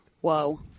Whoa